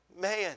Man